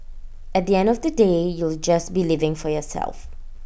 at the end of the day you'll just be living for yourself